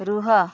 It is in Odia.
ରୁହ